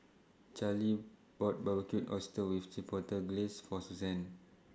Charly bought Barbecued Oysters with Chipotle Glaze For Suzanne